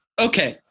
Okay